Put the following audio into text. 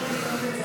נתקבלה.